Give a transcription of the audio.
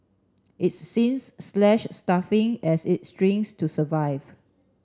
it's since slashed staffing as it shrinks to survive